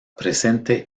presente